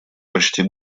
почти